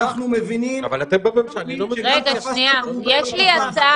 אנחנו מבינים --- יש לי הצעה.